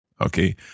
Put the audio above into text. Okay